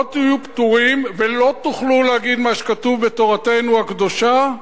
לא תהיו פטורים ולא תוכלו להגיד מה שכתוב בתורתנו הקדושה,